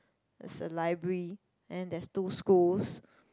there's a library and then there's two schools